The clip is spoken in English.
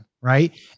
right